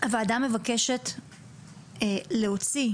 הוועדה מבקשת להוציא,